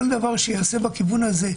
כל דבר שייעשה בכיוון הזה,